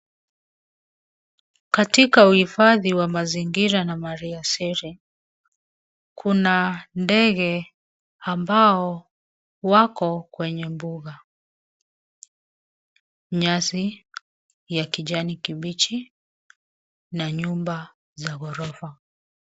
Katika uhifadhi wa mazingira na mali asili, kuna ndege ambao wako kwenye mbuga, nyasi ya kijani kibichi na nyumba za ghorofa.